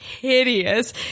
hideous